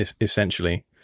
essentially